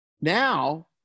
now